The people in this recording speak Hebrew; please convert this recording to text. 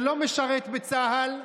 שלא משרת בצה"ל,